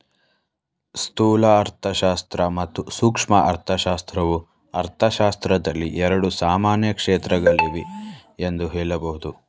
ಸ್ಥೂಲ ಅರ್ಥಶಾಸ್ತ್ರ ಮತ್ತು ಸೂಕ್ಷ್ಮ ಅರ್ಥಶಾಸ್ತ್ರವು ಅರ್ಥಶಾಸ್ತ್ರದಲ್ಲಿ ಎರಡು ಸಾಮಾನ್ಯ ಕ್ಷೇತ್ರಗಳಾಗಿವೆ ಎಂದು ಹೇಳಬಹುದು